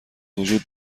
وجود